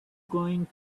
going